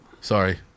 Sorry